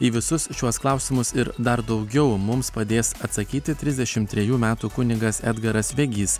į visus šiuos klausimus ir dar daugiau mums padės atsakyti trisdešimt trejų metų kunigas edgaras vegys